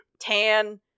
tan